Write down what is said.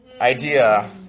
Idea